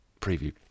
preview